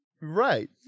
Right